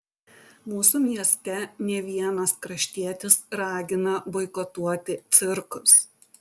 mūsų mieste ne vienas kraštietis ragina boikotuoti cirkus